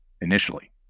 initially